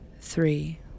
Three